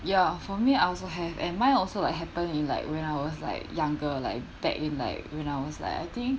ya for me I also have and mine also like happen in like when I was like younger like back in like when I was like I think